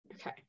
Okay